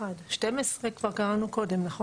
כבר קראנו קודם, נכון?